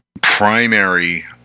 primary